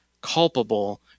culpable